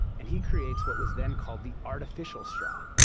and he creates what was then called the artificial straw.